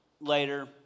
later